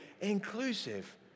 inclusive